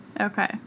Okay